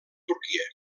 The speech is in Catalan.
turquia